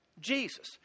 Jesus